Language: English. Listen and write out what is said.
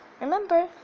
Remember